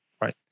right